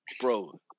Bro